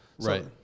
Right